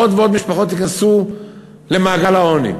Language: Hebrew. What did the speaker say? עוד ועוד משפחות ייכנסו למעגל העוני.